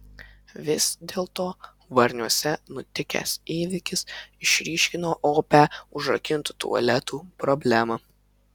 vis dėlto varniuose nutikęs įvykis išryškino opią užrakintų tualetų problemą